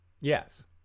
Yes